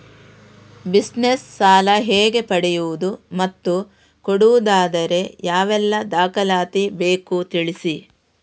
Business ಸಾಲ ಹೇಗೆ ಪಡೆಯುವುದು ಮತ್ತು ಕೊಡುವುದಾದರೆ ಯಾವೆಲ್ಲ ದಾಖಲಾತಿ ಬೇಕು ತಿಳಿಸಿ?